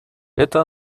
это